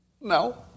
no